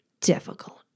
difficult